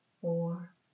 four